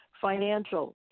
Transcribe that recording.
Financial